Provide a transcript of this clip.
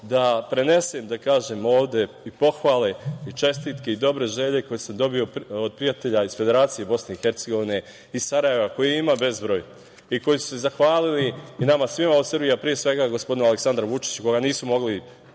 da prenesem pohvale, čestitke i dobre želje koje sam dobio od prijatelja iz Federacije Bosne i Hercegovine, iz Sarajeva, kojih ima bezbroj i koji su se zahvalili nama svima u Srbiji, a pre svega gospodinu Aleksandru Vučiću, koga nisu mogli,